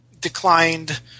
declined